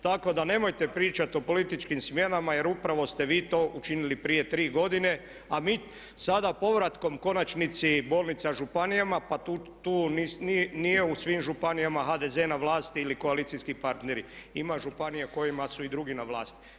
Tako da nemojte pričati o političkim smjenama jer upravo ste vi to učinili prije 3 godine, a mi sada povratkom u konačnici bolnica županijama pa tu nije u svim županijama HDZ na vlasti ili koalicijski partneri, ima županija u kojima su i drugi na vlasti.